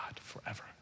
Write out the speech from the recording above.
forever